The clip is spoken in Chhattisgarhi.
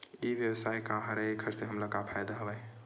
ई व्यवसाय का हरय एखर से हमला का फ़ायदा हवय?